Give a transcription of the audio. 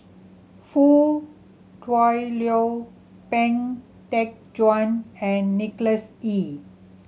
Foo Kui Liew Pang Teck Joon and Nicholas Ee